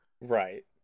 Right